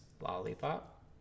lollipop